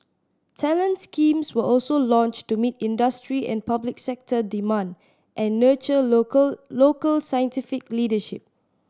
talent schemes were also launched to meet industry and public sector demand and nurture local local scientific leadership